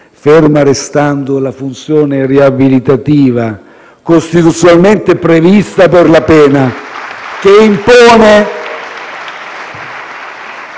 ferma restando la funzione riabilitativa costituzionalmente prevista per la pena, che impone